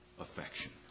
affection